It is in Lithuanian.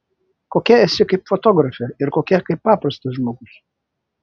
kokia esi kaip fotografė ir kokia kaip paprastas žmogus